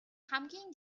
хамгийн